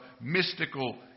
mystical